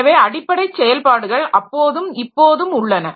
எனவே அடிப்படை செயல்பாடுகள் அப்போதும் இப்போதும் உள்ளன